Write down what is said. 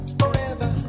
forever